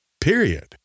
Period